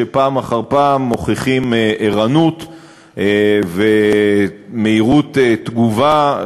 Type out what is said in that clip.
שפעם אחר פעם מוכיחים ערנות ומהירות תגובה,